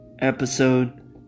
Episode